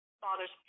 father's